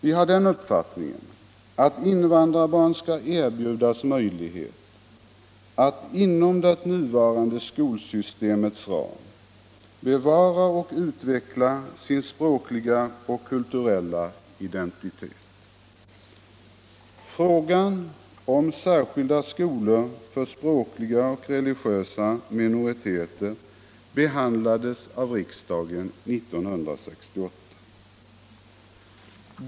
Vi har den uppfattningen att invandrarbarnen = minoritetspolitiken, skall erbjudas möjlighet att inom det nuvarande skolsystemets ram bevara — m.m. och utveckla sin språkliga och kulturella identitet. Frågan om särskilda skolor för språkliga och religiösa minoriteter behandlades av riksdagen 1968.